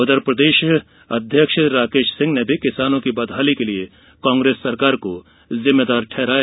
उधर प्रदेश अध्यक्ष राकेश सिंह ने किसानों की बदहाली के लिए कांग्रेस सरकार को जिम्मेदार ठहराया